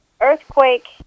earthquake